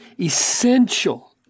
essential